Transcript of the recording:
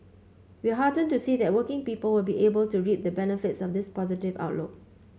we are heartened to see that working people will be able to reap the benefits of this positive outlook